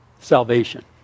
salvation